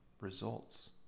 results